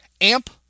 Amp